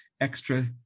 extra